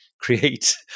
create